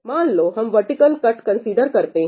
मान लो हम वर्टिकल कट कंसीडर करते हैं